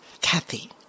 Kathy